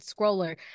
scroller